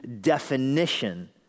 definition